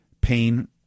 pain